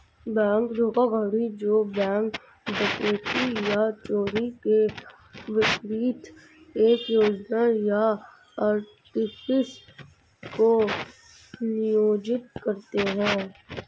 bank धोखाधड़ी जो bank डकैती या चोरी के विपरीत एक योजना या आर्टिफिस को नियोजित करते हैं